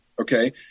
okay